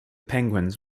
penguins